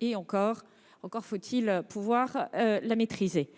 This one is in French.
Et encore faut il pouvoir maîtriser